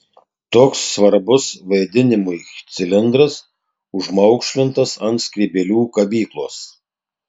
toks svarbus vaidinimui cilindras užmaukšlintas ant skrybėlių kabyklos